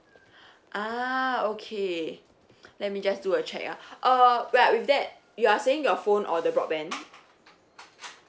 ah okay let me just do a check ah uh ya with that you are saying your phone or the broadband